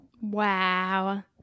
Wow